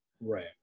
Right